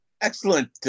excellent